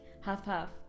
half-half